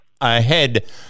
ahead